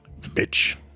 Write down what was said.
bitch